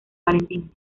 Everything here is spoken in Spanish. valentín